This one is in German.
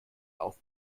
auf